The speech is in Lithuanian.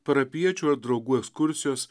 parapijiečių ar draugų ekskursijos